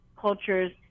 cultures